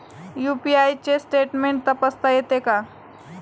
UPI चे statement तपासता येते का?